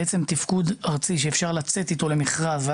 תפקוד ארצי שאפשר לצאת איתו למכרז,